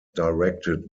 directed